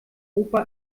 opa